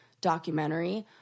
documentary